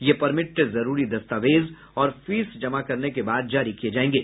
यह परमिट जरूरी दस्तावेज और फीस जमा करने के बाद जारी किये जायेंगे